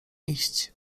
iść